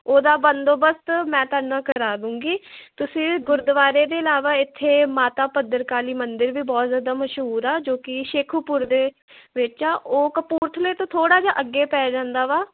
ਉਹਦਾ ਬੰਦੋਬਸਤ ਮੈਂ ਤੁਹਾਡੇ ਨਾਲ ਕਰਾ ਦੂੰਗੀ ਤੁਸੀਂ ਗੁਰਦੁਆਰੇ ਦੇ ਇਲਾਵਾ ਇੱਥੇ ਮਾਤਾ ਭੱਧਰ ਕਾਲੀ ਮੰਦਰ ਵੀ ਬਹੁਤ ਜ਼ਿਆਦਾ ਮਸ਼ਹੂਰ ਆ ਜੋ ਕਿ ਸ਼ੇਖੂਪੁਰ ਦੇ ਵਿੱਚ ਆ ਉਹ ਕਪੂਰਥਲੇ ਤੋਂ ਥੋੜ੍ਹਾ ਜਿਹਾ ਅੱਗੇ ਪੈ ਜਾਂਦਾ ਵਾ